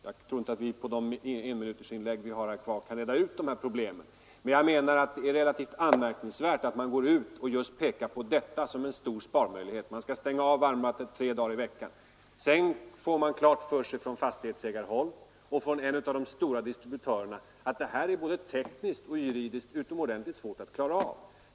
Jag tror inte att vi på de enminutersinlägg vi har kvar kan reda ut detta, men jag menar att det är relativt anmärkningsvärt att man går ut och pekar på just detta som en stor sparmöjlighet att varmvattnet kan stängas av tre dagar i veckan. Sedan får man från fastighetsägarhåll och från en av de stora distributörerna veta att detta är både tekniskt och juridiskt utomordentligt svårt att klara av.